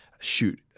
shoot